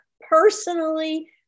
personally